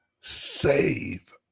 save